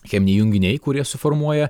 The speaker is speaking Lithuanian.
cheminiai junginiai kurie suformuoja